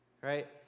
right